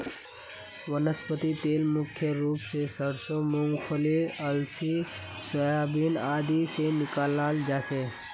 वनस्पति तेल मुख्य रूप स सरसों मूंगफली अलसी सोयाबीन आदि से निकालाल जा छे